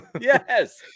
Yes